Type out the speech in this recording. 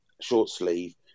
short-sleeve